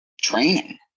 training